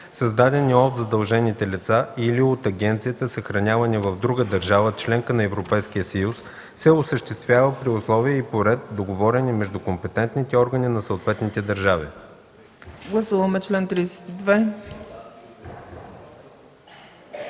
създадени от задължените лица или от агенцията, съхранявани в друга държава – членка на Европейския съюз, се осъществява при условия и по ред, договорени между компетентните органи на съответните държави.”